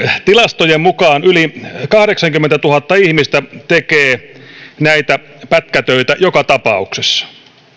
tilastojen mukaan yli kahdeksankymmentätuhatta ihmistä tekee näitä pätkätöitä joka tapauksessa